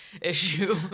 issue